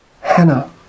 Hannah